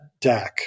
DAC